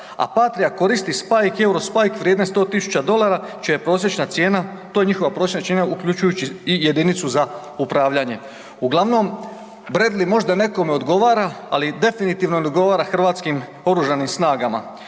a Patrija koristi Spike i Euro Spike vrijedne 100 000 dolara čija je prosječna cijena, to je njihova prosječna cijena uključujući i jedinicu za upravljanje. Uglavnom, Bradley možda nekome odgovara ali definitivno ne odgovara Hrvatskim oružanim snagama